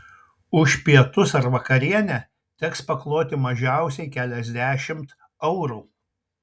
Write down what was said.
už pietus ar vakarienę teks pakloti mažiausiai keliasdešimt eurų